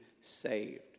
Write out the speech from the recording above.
saved